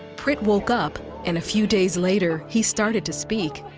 prit woke up and a few days later he started to speak.